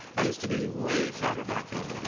i used to be way fatter back then.